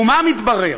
ומה מתברר?